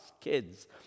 kids